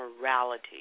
morality